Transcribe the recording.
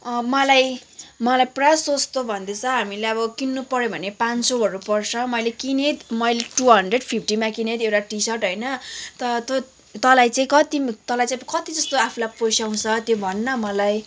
मलाई मलाई पुरा सस्तो भन्दैछ हामीलाई अब किन्नु पऱ्यो भने पाँन सयहरू पर्छ मैले किनेँ मैले टू हन्ड्रेड फिफ्टीमा किनेँ एउडा टी सर्ट होइन त तँलाई चाहिँ कति तँलाई चाहिँ कति जस्तो आफूलाई पोसाउँछ त्यो भन् न मलाई